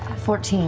fourteen.